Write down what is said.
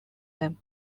them